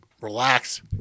Relax